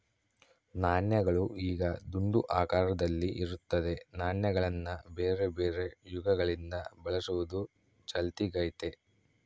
ನಾಣ್ಯಗಳು ಈಗ ದುಂಡು ಆಕಾರದಲ್ಲಿ ಇರುತ್ತದೆ, ನಾಣ್ಯಗಳನ್ನ ಬೇರೆಬೇರೆ ಯುಗಗಳಿಂದ ಬಳಸುವುದು ಚಾಲ್ತಿಗೈತೆ